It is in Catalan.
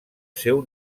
seu